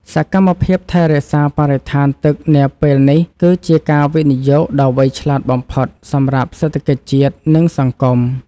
សកម្មភាពថែរក្សាបរិស្ថានទឹកនាពេលនេះគឺជាការវិនិយោគដ៏វៃឆ្លាតបំផុតសម្រាប់សេដ្ឋកិច្ចជាតិ និង សង្គម។